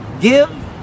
give